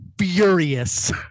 furious